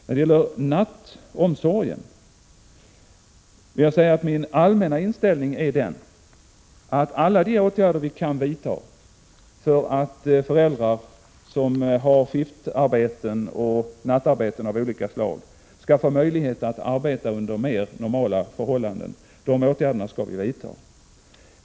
När det gäller nattomsorgen vill jag säga att min allmänna inställning är den att alla de åtgärder vi kan vidta för att föräldrar som har skiftarbete och nattarbete av olika slag skall få möjlighet att arbeta under mer normala förhållanden skall vi vidta.